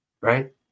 right